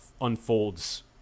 unfolds